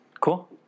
cool